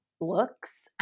looks